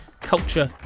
culture